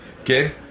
Okay